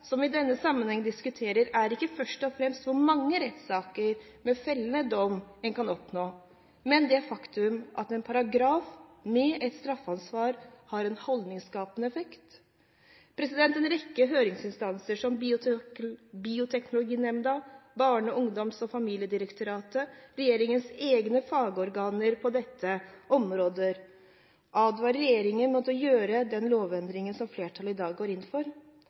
vi i denne sammenheng diskuterer, er ikke først og fremst hvor mange rettssaker med fellende dom en kan oppnå, men det faktum at en paragraf som medfører et straffansvar, har en holdningsskapende effekt. En rekke høringsinstanser, som Bioteknologinemda og Barne-, ungdoms- og familiedirektoratet, regjeringens egne fagorganer på dette området, advarer regjeringen mot å gjøre den lovendringen som flertallet i dag går inn for,